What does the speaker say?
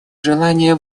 желание